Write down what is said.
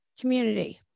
community